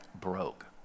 broke